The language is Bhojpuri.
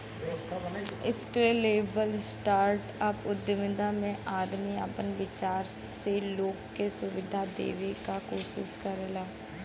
स्केलेबल स्टार्टअप उद्यमिता में आदमी आपन विचार से लोग के सुविधा देवे क कोशिश करला